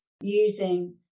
using